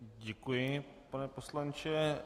Děkuji, pane poslanče.